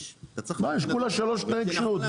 יש --- מה יש כולה שלוש תנאי כשירות,